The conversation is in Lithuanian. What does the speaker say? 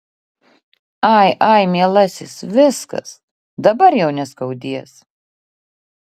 ai ai mielasis viskas dabar jau neskaudės